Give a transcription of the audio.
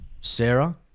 sarah